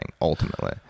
ultimately